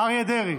אריה דרעי.